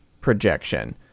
projection